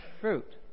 fruit